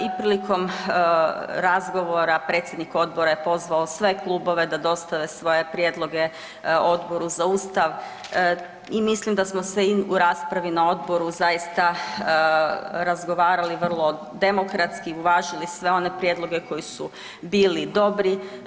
I prilikom razgovora predsjednik odbora je pozvao sve klubove da dostave svoje prijedloge Odboru za Ustav i mislim da smo se i u raspravi na odboru zaista razgovarali vrlo demokratski, uvažili sve one prijedloge koji su bili dobri.